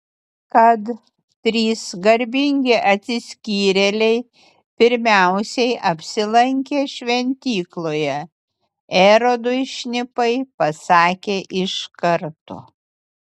kad trys garbingi atsiskyrėliai pirmiausiai apsilankė šventykloje erodui šnipai pasakė iš karto